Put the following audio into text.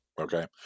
Okay